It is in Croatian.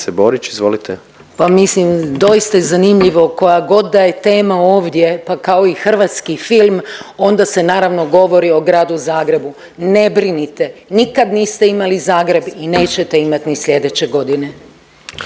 Pa mislim, doista je zanimljivo, koja god da je tema ovdje, pa kao i hrvatski film, onda se naravno, govori o gradu Zagrebu. Ne brinite, nikad niste imali Zagreb i nećete imati ni sljedeće godine.